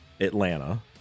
Atlanta